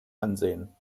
ansehen